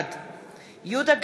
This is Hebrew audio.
בעד יהודה גליק,